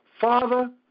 Father